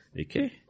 Okay